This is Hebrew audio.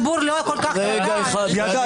--- עד כדי כך שהציבור לא כל כך ידע.